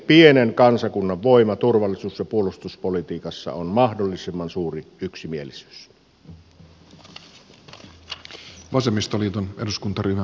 pienen kansakunnan voima turvallisuus ja puolustuspolitiikassa on mahdollisimman suuri yksimielisyys